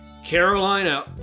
Carolina